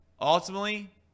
ultimately